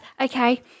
Okay